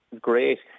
great